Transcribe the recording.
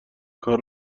کار